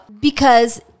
because-